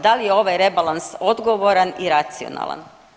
Da li je ovaj rebalans odgovoran i racionalan?